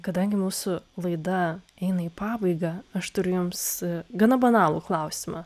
kadangi mūsų laida eina į pabaigą aš turiu jums gana banalų klausimą